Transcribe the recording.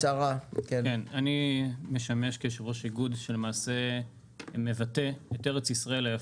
אני משמש כיושב ראש איגוד שלמעשה מבטא את ארץ ישראל היפה.